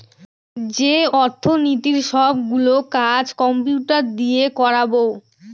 যে অর্থনীতির সব গুলো কাজ কম্পিউটার দিয়ে করাবো